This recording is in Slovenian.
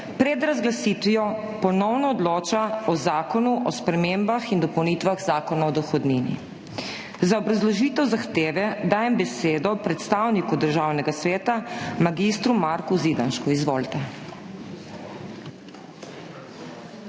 pred razglasitvijo ponovno odloča o Zakonu o spremembah in dopolnitvah Zakona o dohodnini. Za obrazložitev zahteve dajem besedo predstavniku Državnega sveta, mag. Marku Zidanšku. Izvolite.